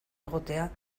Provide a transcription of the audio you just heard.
egotea